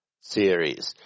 series